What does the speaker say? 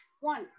one